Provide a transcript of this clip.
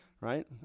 right